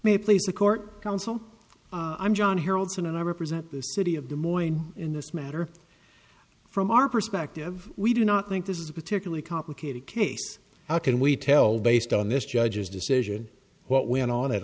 may please the court counsel i'm john herald sun and i represent the city of the morning in this matter from our perspective we do not think this is a particularly complicated case how can we tell based on this judge's decision what went on at